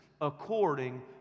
according